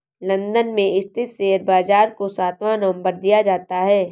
London में स्थित share बाजार को सातवां नम्बर दिया जाता है